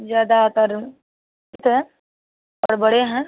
ज़्यादातर हैं पर बड़े हैं